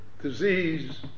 disease